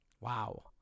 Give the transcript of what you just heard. Wow